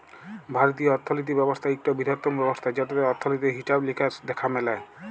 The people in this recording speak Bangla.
ভারতীয় অথ্থলিতি ব্যবস্থা ইকট বিরহত্তম ব্যবস্থা যেটতে অথ্থলিতির হিছাব লিকাস দ্যাখা ম্যালে